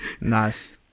Nice